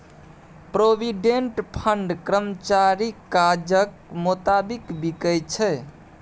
provident fund कर्मचारीक काजक मोताबिक बिकै छै